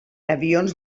avions